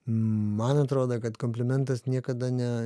man atrodo kad komplimentas niekada ne